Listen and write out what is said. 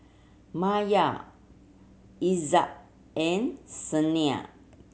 Maya Izzat and Senin